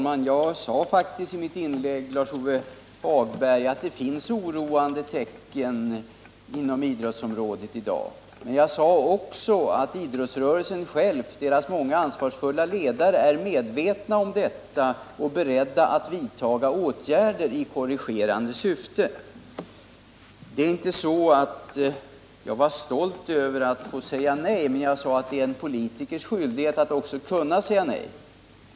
Herr talman! I mitt anförande sade jag faktiskt att det finns oroande tecken på idrottens område i dag. Men jag sade också att idrottsrörelsen själv och dess många ansvarsfulla ledare är medvetna om detta och är beredda att vidta åtgärder i korrigerande syfte. Det är inte så att jag var stolt över att få säga nej, men jag sade att det är en politikers skyldighet att också kunna säga nej.